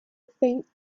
faint